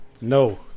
No